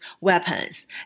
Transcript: weapons